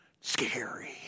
Scary